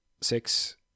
six